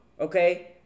Okay